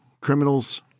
Criminals